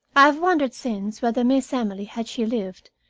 i have wondered since whether miss emily, had she lived,